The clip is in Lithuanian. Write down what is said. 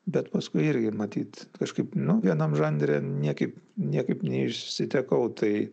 bet paskui irgi matyt kažkaip nu vienam žanre niekaip niekaip neišsitekau tai